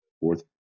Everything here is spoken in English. fourth